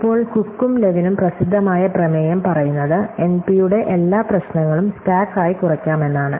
ഇപ്പോൾ കുക്കും ലെവിനും പ്രസിദ്ധമായ പ്രമേയം പറയുന്നത് എൻപിയുടെ എല്ലാ പ്രശ്നങ്ങളും സ്റ്റാക്കായി കുറയ്ക്കാമെന്നാണ്